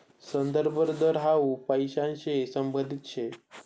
संदर्भ दर हाउ पैसांशी संबंधित शे